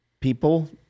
people